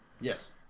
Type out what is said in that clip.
yes